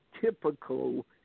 typical